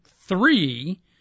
three